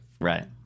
Right